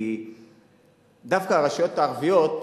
כי דווקא הרשויות הערביות,